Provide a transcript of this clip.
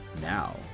now